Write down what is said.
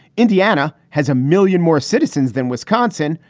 indiana has a million more citizens than wisconsin,